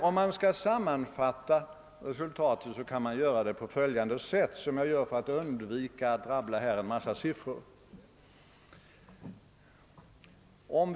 Om man skall sammanfatta resultatet kan man för att undvika att rabbla en massa siffror göra det på följande sätt.